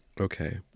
Okay